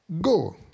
Go